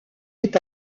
est